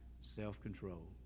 Self-control